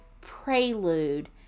prelude